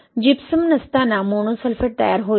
gypsum नसताना monosulphate तयार होईल